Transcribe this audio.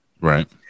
Right